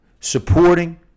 supporting